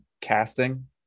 casting